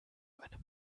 einem